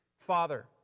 Father